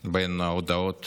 בין הודעות